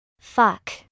Fuck